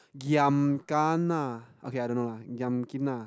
giam kana okay I don't know lah giam kana